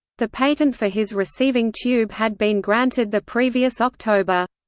the patent for his receiving tube had been granted the previous october.